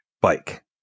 bike